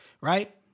Right